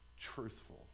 truthful